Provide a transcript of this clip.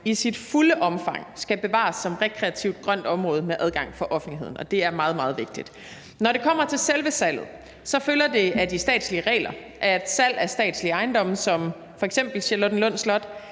i sit fulde omfang skal bevares som rekreativt, grønt område med adgang for offentligheden, og det er meget, meget vigtigt. Når det kommer til selve salget, følger det af de statslige regler, at salg af statslige ejendomme som f.eks. Charlottenlund Slot